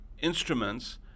instruments